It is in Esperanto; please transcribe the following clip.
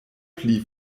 pli